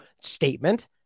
statement